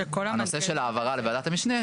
שהנושא של העברה לוועדת המשנה,